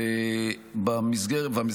ועוסקים רבות בסוגיה המורכבת מאוד של